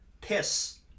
Piss